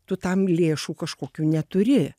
tu tam lėšų kažkokių neturi